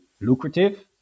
lucrative